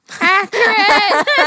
accurate